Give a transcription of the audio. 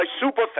super